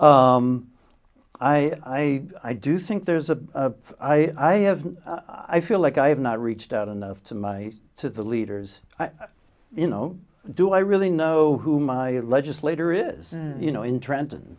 yet i i do think there's a i i have i feel like i have not reached out enough to my to the leaders you know do i really know who my legislator is you know in trenton